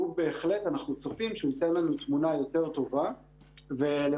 והוא בהחלט אנחנו צופים שייתן לנו תמונה יותר טובה ולמעשה